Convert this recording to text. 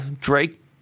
Drake